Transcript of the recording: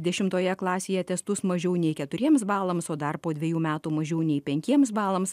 dešimtoje klasėje testus mažiau nei keturiems balams o dar po dviejų metų mažiau nei penkiems balams